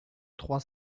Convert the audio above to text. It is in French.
trois